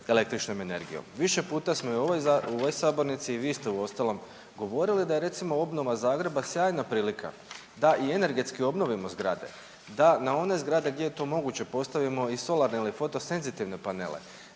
električnom energijom. Više puta smo i u ovoj sabornici i vi ste uostalom govorili da je recimo obnova Zagreba sjajna prilika da i energetski obnovimo zgrade, da na one zgrade gdje je to moguće postavimo i solarne ili fotosenzitivne panele,